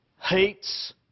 hates